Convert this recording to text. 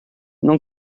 non